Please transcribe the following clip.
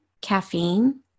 caffeine